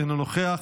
אינו נוכח,